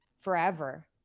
forever